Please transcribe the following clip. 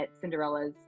Cinderella's